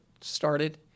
started